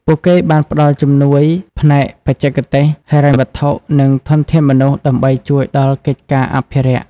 ពួកគេបានផ្តល់ជំនួយផ្នែកបច្ចេកទេស ហិរញ្ញវត្ថុ និងធនធានមនុស្សដើម្បីជួយដល់កិច្ចការអភិរក្ស។